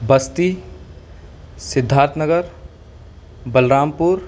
بستی سدھارت نگر بلرام پور